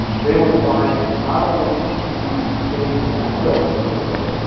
they would find not only these pages and this silk which they built,